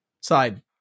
side